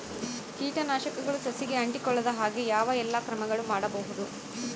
ಕೇಟನಾಶಕಗಳು ಸಸಿಗಳಿಗೆ ಅಂಟಿಕೊಳ್ಳದ ಹಾಗೆ ಯಾವ ಎಲ್ಲಾ ಕ್ರಮಗಳು ಮಾಡಬಹುದು?